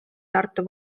tartu